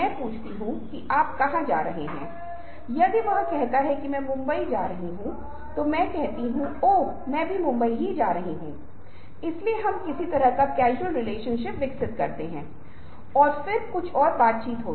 लेकिन जो वास्तव में एक एनीमेशन है मुझे खेद है एक रचना यह वह है जो प्रकाश तरंग का उपयोग करके बनाया गया चित्रण है और यह लगभग ११ या १२ साल से अधिक पुराना है उस समय आप पाते हैं कि हम छवियों जैसे जीवन का निर्माण कर सकते हैं जो वास्तविक चित्रों की तुलना में अधिक वास्तविक हैं